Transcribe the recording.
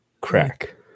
crack